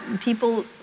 people